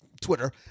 Twitter